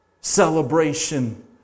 celebration